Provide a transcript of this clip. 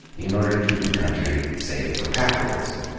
in order to keep the country safe for capitalism?